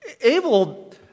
Abel